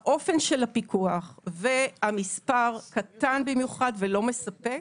האופן של הפיקוח והמספר קטן במיוחד ולא מספק.